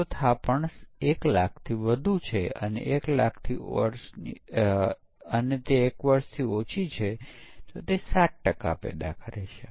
ઉદાહરણ તરીકે હાર્ડવેરમાં સ્ટક એટ 0 કે સ્ટક એટ 1 પ્રોબ્લેમ છે તે તપાસવા માટે પરીક્ષણો છે